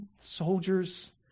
soldiers